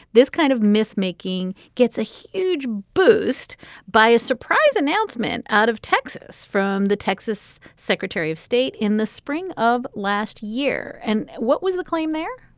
this kind of mythmaking gets a huge boost by a surprise announcement out of texas from the texas secretary of state in the spring of last year. and what was the claim there?